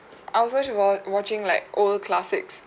I was watching like old classics